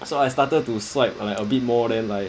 so I started to swipe like a bit more then like